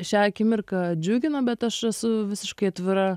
šią akimirką džiugina bet aš esu visiškai atvira